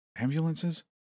Ambulances